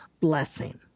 blessing